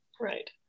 right